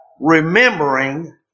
Remembering